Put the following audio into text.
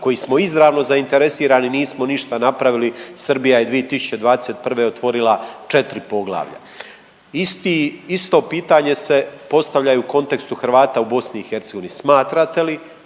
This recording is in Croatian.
koji smo izravno zainteresirani nismo ništa napravili, Srbija je 2021. otvorila 4 poglavlja. Isti, isto pitanje se postavlja i u kontekstu Hrvata u BiH. Smatrate li